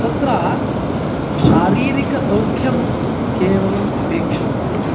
तत्र शारीरिकसौख्यं केवलम् अपेक्षन्ते